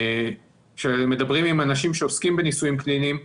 כאשר מדברים עם אנשים שעוסקים בניסויים קליניים,